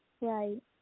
Right